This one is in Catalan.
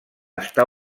està